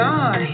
God